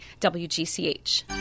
WGCH